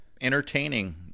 Entertaining